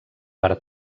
per